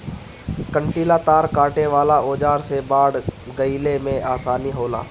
कंटीला तार काटे वाला औज़ार से बाड़ लगईले में आसानी होला